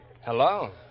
Hello